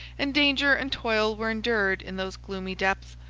and danger and toil were endured in those gloomy depths,